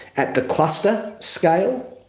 at the cluster scale,